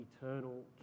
eternal